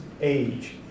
age